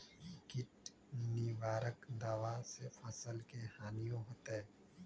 किट निवारक दावा से फसल के हानियों होतै?